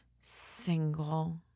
single